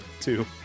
two